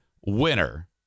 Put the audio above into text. winner